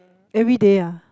everyday ah